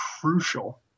crucial